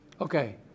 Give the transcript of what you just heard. Okay